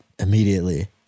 immediately